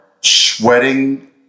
sweating